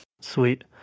Sweet